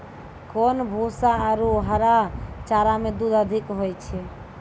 कोन भूसा आरु हरा चारा मे दूध अधिक होय छै?